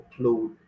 upload